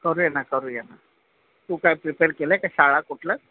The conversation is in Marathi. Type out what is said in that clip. करूया ना करूया ना तू काय प्रिपेर केलं आहे का शाळा कुठलं